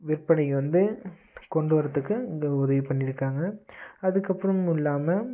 விற்பனை வந்து கொண்டு வர்றத்துக்கு இந்த உதவி பண்ணியிருக்காங்க அதுக்கப்புறமும் இல்லாமல்